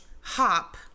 Hop